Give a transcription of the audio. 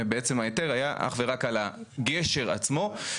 בעצם ההיתר היה אך ורק על הגשר עצמו.